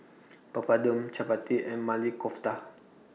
Papadum Chapati and Maili Kofta